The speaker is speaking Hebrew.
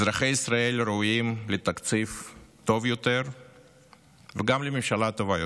אזרחי ישראל ראויים לתקציב טוב יותר וגם לממשלה טובה יותר.